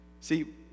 See